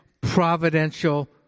providential